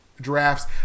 Drafts